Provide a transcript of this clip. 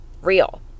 real